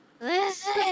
listen